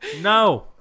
No